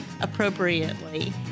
appropriately